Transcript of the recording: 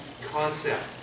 concept